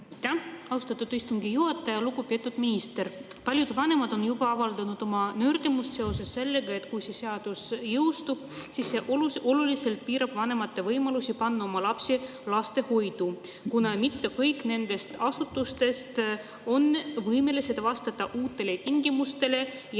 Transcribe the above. austatud istungi juhataja! Lugupeetud minister! Paljud vanemad on juba avaldanud oma nördimust seoses sellega, et kui see seadus jõustub, siis see oluliselt piirab vanemate võimalusi panna oma lapsi lastehoidu, kuna mitte kõik nendest asutustest ei ole võimelised vastama uutele tingimustele ja